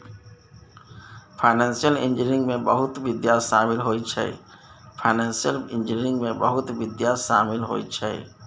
financial engineering में बहुते विधा शामिल होइ छै